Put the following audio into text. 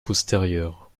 postérieurs